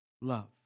love